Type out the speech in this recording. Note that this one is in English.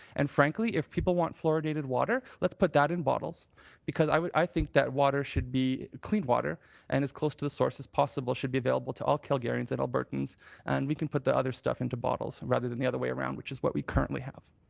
and frankly if people want fluoridated water, let's put that in bottles because i think that water should be clean water and as close to the source as possible should be available to all calgarians and albertans and we can put the other stuff into bottles rather than the other way around which is what we currently have.